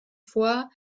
vor